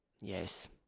Yes